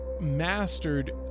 mastered